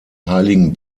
heiligen